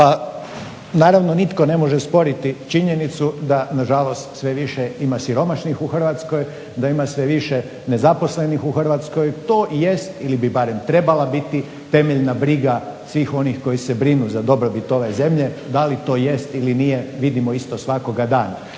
Pa naravno nitko ne može sporiti činjenicu da na žalost sve više ima siromašnih u Hrvatskoj, da ima sve više nezaposlenih u Hrvatskoj. To jest ili bi barem trebala biti temeljna briga svih onih koji se brinu za dobrobit ove zemlje da li to jest ili nije vidimo isto svakoga dana.